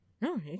no